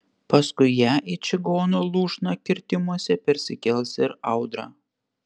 paskui ją į čigonų lūšną kirtimuose persikels ir audra